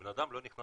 הבן אדם לא נכנס